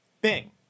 bing